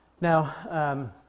Now